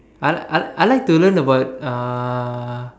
I I I like to learn about uh